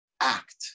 act